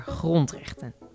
grondrechten